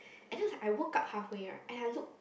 and then like I woke up halfway right and I looked